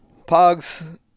pogs